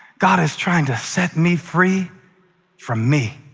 god is trying to set me free from me,